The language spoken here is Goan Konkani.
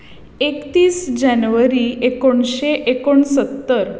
एकतीस जेनवरी एकुणशें एकुण सत्तर